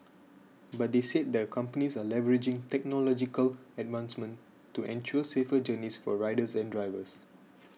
but they said the companies are leveraging technological advancements to ensure safer journeys for riders and drivers